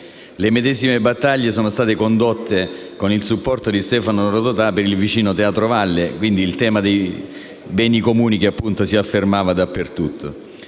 Le medesime battaglie sono state condotte con il supporto di Stefano Rodotà per il vicino teatro Valle, quindi il tema dei beni comuni si affermava ovunque.